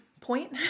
point